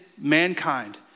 mankind